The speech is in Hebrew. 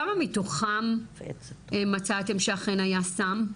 כמה מתוכם מצאתם שאכן היה סם?